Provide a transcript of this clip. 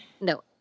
No